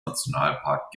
nationalpark